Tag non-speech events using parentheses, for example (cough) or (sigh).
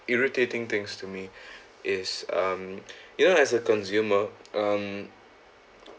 irritating things to me (breath) is um you know as a consumer um